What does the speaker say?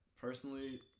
personally